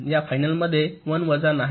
या फायनलमध्ये 1 वजा नाही